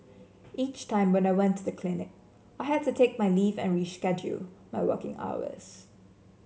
each time when I went to the clinic I had to take my leave and reschedule my working hours